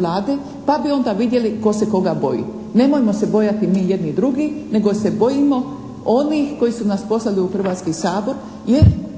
Vlade pa bi onda vidjeli tko se koga boji. Nemojmo se bojati mi jedni drugih nego se bojimo onih koji su nas poslali u Hrvatski sabor jer